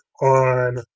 on